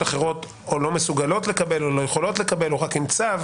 אחרות או לא מסוגלות לקבל או לא יכולות לקבל או רק אם צו,